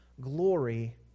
glory